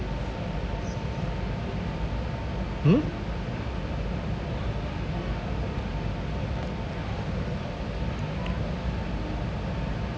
hmm